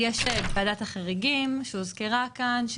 יש את ועדת החריגים שהוזכרה כאן.